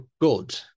good